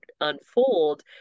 unfold